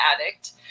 addict